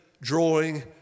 drawing